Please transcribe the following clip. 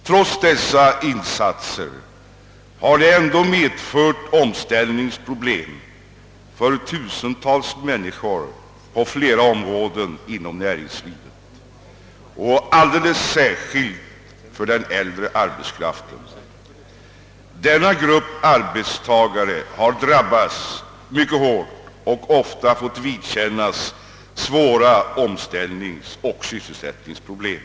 Trots dessa insatser har det ändå uppkommit omställningsproblem för tusentals människor på flera områden inom näringslivet, kanske framför allt för den äldre arbetskraften. Denna grupp arbetstagare har drabbats mycket hårt och ofta fått vidkännas svåra omställningsoch sysselsättningsproblem.